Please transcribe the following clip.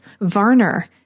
Varner